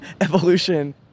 evolution